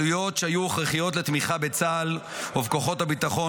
עלויות שהיו הכרחיות לתמיכה בצה"ל ובכוחות הביטחון,